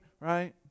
right